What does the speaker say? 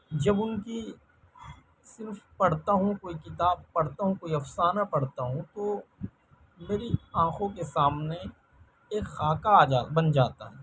جب اُن کی صنف پڑھتا ہوں کوئی کتاب پڑھتا ہوں کوئی افسانہ پڑھتا ہوں تو میری آنکھوں کے سامنے ایک خاکہ آ جا بن جاتا ہے